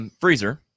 freezer